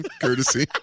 courtesy